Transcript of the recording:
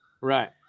Right